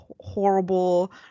horrible